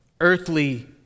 earthly